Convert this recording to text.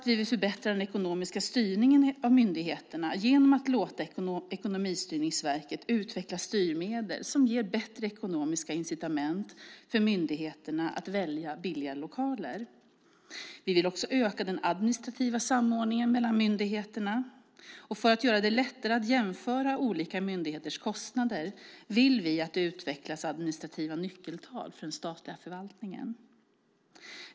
Vi vill förbättra den ekonomiska styrningen av myndigheterna genom att låta Ekonomistyrningsverket utveckla styrmedel som ger bättre ekonomiska incitament för myndigheterna att välja billigare lokaler. Vi vill också öka den administrativa samordningen mellan myndigheterna. För att göra det lättare att jämföra olika myndigheters kostnader vill vi att det utvecklas administrativa nyckeltal för den statliga förvaltningen.